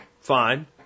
fine